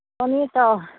पनि त